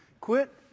Quit